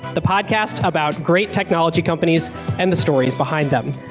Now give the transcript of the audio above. the podcast about great technology companies and the stories behind them.